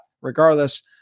regardless